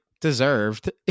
deserved